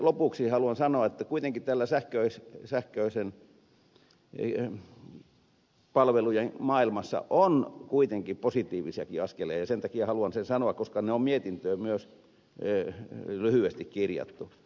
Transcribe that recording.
lopuksi haluan sanoa että kuitenkin täällä sähköisten palvelujen maailmassa on positiivisiakin askeleita ja sen takia haluan sen sanoa koska ne on mietintöön myös lyhyesti kirjattu